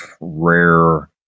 rare